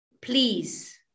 please